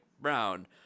brown